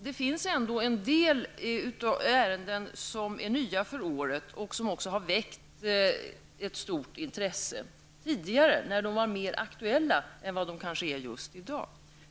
Det finns ändå en del nya ärenden för året, vilka tidigare, när det var mer aktuella än de är i dag, väckte stort intresse.